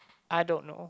I don't know